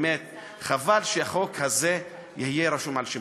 באמת חבל שהחוק הזה יהיה רשום על שמך.